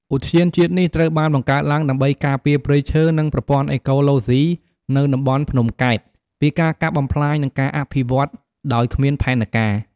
ឧទ្យានជាតិនេះត្រូវបានបង្កើតឡើងដើម្បីការពារព្រៃឈើនិងប្រព័ន្ធអេកូឡូស៊ីនៅតំបន់ភ្នំកែបពីការកាប់បំផ្លាញនិងការអភិវឌ្ឍដោយគ្មានផែនការ។